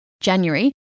January